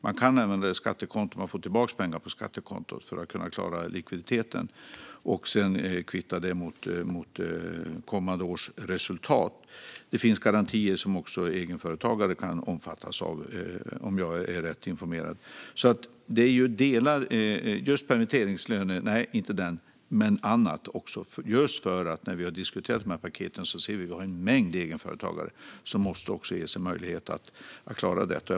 Man kan få tillbaka pengar på skattekontot för att kunna klara likviditeten och sedan kvitta det mot kommande års resultat. Det finns dessutom garantier som även egenföretagare kan omfattas av, om jag är rätt informerad. När vi har diskuterat de här paketen har vi sett att vi har en mängd egenföretagare som även de måste ges möjlighet att klara detta.